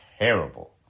terrible